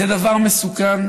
זה דבר מסוכן,